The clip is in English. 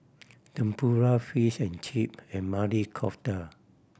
Tempura Fish and Chip and Maili Kofta